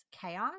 chaos